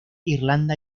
irlanda